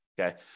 okay